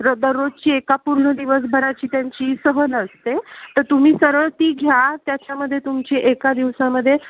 र दररोजची एका पूर्ण दिवसभराची त्यांची सहल असते तर तुम्ही सरळ ती घ्या त्याच्यामध्ये तुमची एका दिवसामध्ये